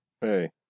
hey